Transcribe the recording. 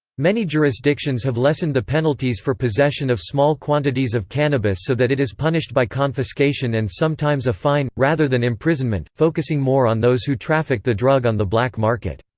many jurisdictions have lessened the penalties for possession of small quantities of cannabis so that it is punished by confiscation and sometimes a fine, rather than imprisonment, focusing more on those who traffic the drug on the black market.